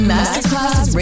Masterclass